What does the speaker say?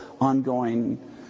ongoing